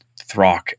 Throck